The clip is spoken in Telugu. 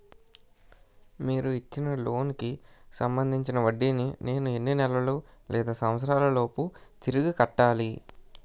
మీరు ఇచ్చిన లోన్ కి సంబందించిన వడ్డీని నేను ఎన్ని నెలలు లేదా సంవత్సరాలలోపు తిరిగి కట్టాలి?